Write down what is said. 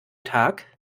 tag